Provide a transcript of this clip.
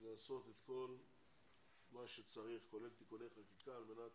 לעשות את כל מה שצריך, כולל תיקוני חקיקה, על מנת